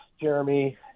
Jeremy